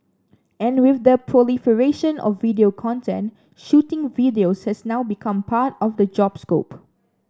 and with the proliferation of video content shooting videos has now become part of the job scope